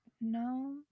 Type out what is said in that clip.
no